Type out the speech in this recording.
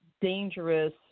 dangerous